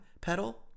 pedal